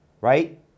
right